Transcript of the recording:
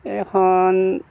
এইখন